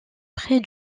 près